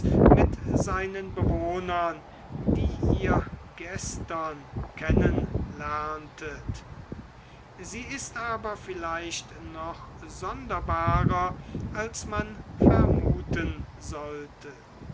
mit seinen bewohnern die ihr gestern kennenlerntet sie ist aber vielleicht noch sonderbarer als man vermuten sollte